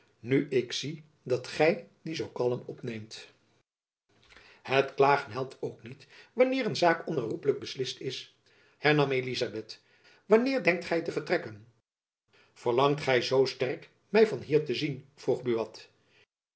nu ik zie dat gy die zoo kalm opneemt het klagen helpt ook niet wanneer een zaak onherroepelijk beslist is hernam elizabeth wanneer denkt gy te vertrekken verlangt gy zoo sterk my van hier te zien vroeg buat